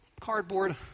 cardboard